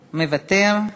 מוותר.